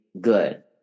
good